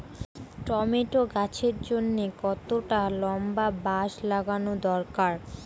Tomato গাছের জন্যে কতটা লম্বা বাস লাগানো দরকার?